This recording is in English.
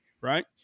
right